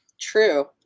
True